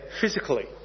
physically